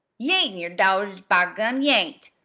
ye ain't in yer dotage by gum, ye ain't!